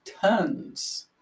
tons